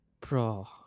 Bro